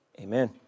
amen